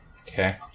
Okay